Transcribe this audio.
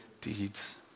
deeds